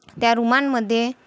त्या रुमांमध्ये